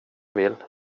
vill